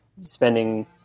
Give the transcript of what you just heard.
spending